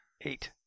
Eight